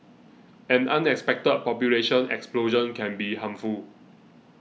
an unexpected population explosion can be harmful